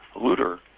looter